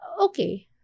okay